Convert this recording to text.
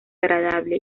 agradable